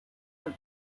for